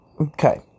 Okay